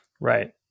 Right